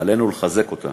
עלינו לחזק אותה